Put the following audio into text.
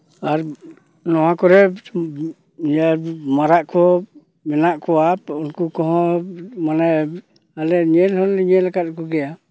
ᱟᱨ ᱱᱚᱣᱟ ᱠᱚᱨᱮ ᱢᱟᱨᱟᱜ ᱠᱚ ᱢᱮᱱᱟᱜ ᱠᱚᱣᱟ ᱩᱱᱠᱩ ᱚᱦᱚᱸ ᱢᱟᱱᱮ ᱟᱞᱮ ᱧᱮᱞ ᱦᱚᱸᱞᱮ ᱧᱮᱞ ᱟᱠᱟᱫ ᱠᱚᱜᱮᱭᱟ